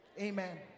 Amen